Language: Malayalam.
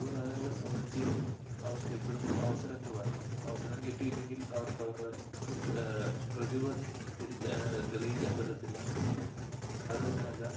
യുവതാരങ്ങളെ സംബന്ധിച്ച് അവർക്കെപ്പോഴും അവസരങ്ങൾ വേണം അവസരം കിട്ടിയില്ലെങ്കിൽ അവർക്കവരുടെ പ്രതിഭ തെളയിക്കാന് പറ്റത്തില്ല അതു തന്നെയല്ല